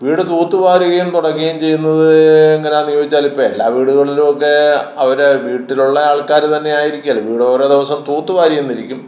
വീട് തൂത്തുവാരുകയും തുടയ്ക്കുകയും ചെയ്യുന്നത് എങ്ങനെയാണെന്നു ചോദിച്ചാലിപ്പോള് എല്ലാ വീടുകളിലൊക്കെ അവര് വീട്ടുകളിലെ ആൾക്കാര് തന്നെ ആയിരിക്കുമല്ലോ വീടോരോ ദിവസം തൂത്ത് വാരിയെന്നിരിക്കും